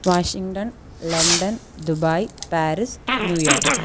Washington London Dubai Paris New York